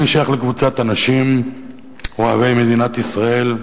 אני שייך לקבוצת האנשים אוהבי מדינת ישראל,